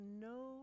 no